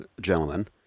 gentlemen